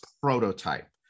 prototype